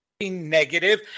negative